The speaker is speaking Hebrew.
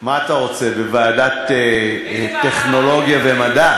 מה אתה רוצה, בוועדת מדע וטכנולוגיה?